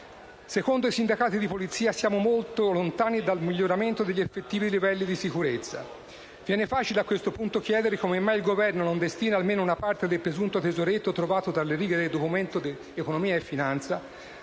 Secondo i sindacati di polizia, siamo molto lontani dal miglioramento degli effettivi livelli di sicurezza. Viene facile a questo punto chiedere come mai il Governo non destina almeno una parte del presunto tesoretto trovato tra le righe del Documento di economia e finanza